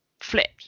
flipped